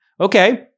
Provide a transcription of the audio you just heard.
Okay